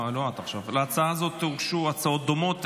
להצעה זו הוגשו הצעות דומות.